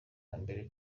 mbere